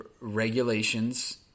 regulations